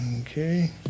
okay